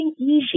easy